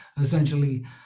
essentially